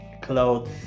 clothes